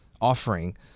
offering